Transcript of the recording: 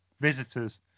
visitors